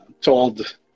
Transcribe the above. told